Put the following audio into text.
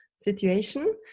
situation